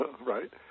right